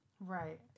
Right